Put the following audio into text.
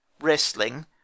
wrestling